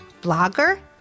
blogger